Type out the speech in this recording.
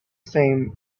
same